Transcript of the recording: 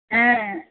অ্যা